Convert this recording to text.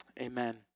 Amen